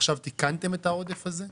עכשיו תיקנתם את העודף הזה?